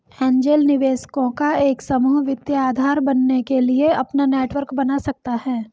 angel निवेशकों का एक समूह वित्तीय आधार बनने के लिए अपना नेटवर्क बना सकता हैं